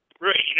Right